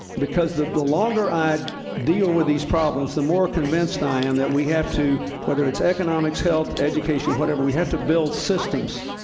because the longer i deal with these problems, the more convinced i am that we have to whether it's economics, health, education, whatever we have to build systems.